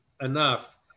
enough